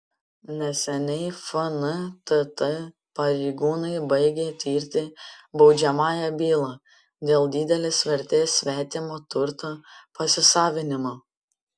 neseniai fntt pareigūnai baigė tirti baudžiamąją bylą dėl didelės vertės svetimo turto pasisavinimo